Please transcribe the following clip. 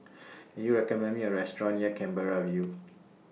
Can YOU recommend Me A Restaurant near Canberra View